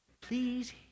please